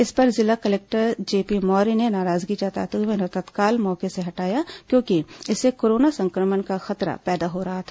इस पर जिला कलेक्टर जेपी मौर्य ने नाराजगी जताते हुए उन्हें तत्काल से मौके से हटाया क्योंकि इससे कोरोना संक्रमण का खतरा पैदा हो रहा था